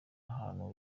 hantu